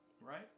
Right